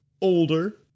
older